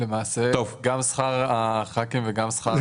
גם שכר חברי הכנסת ושכר השופטים מוצמד לשכר הממוצע במשק.